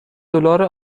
دلار